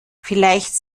vielleicht